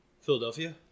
Philadelphia